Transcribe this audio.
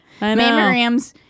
Mammograms